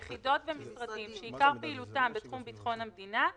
יחידות במשרדים שעיקר פעילותם בתחום ביטחון המדינה,